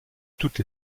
toutes